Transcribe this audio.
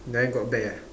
then got bear ah